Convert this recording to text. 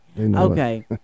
okay